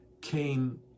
came